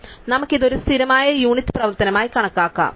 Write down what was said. അതിനാൽ നമുക്ക് ഇത് ഒരു സ്ഥിരമായ യൂണിറ്റ് പ്രവർത്തനമായി കണക്കാക്കാം